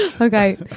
Okay